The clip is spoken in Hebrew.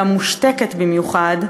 גם מושתקת במיוחד,